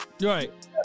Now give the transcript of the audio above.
Right